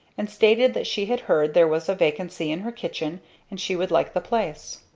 and stated that she had heard there was a vacancy in her kitchen and she would like the place.